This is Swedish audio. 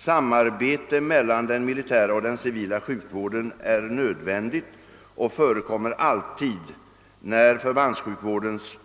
Samarbete mellan den militära och den civila sjukvården är nödvändigt och förekommer alltid när förbandssjukvårdens